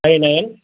five nine